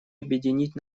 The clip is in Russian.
объединить